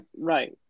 Right